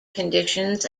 conditions